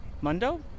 Mundo